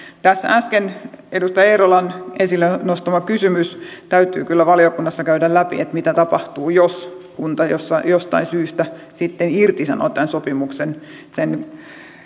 edustaja eerolan äsken esille nostama kysymys täytyy kyllä valiokunnassa käydä läpi että mitä tapahtuu jos kunta jostain syystä sitten irtisanoo tämän sopimuksen sen